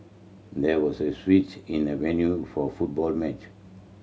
there was a switch in the venue for football match